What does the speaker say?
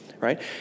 right